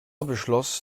beschloss